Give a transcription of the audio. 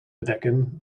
bedekken